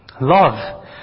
Love